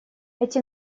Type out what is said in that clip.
эти